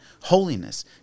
Holiness